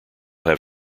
have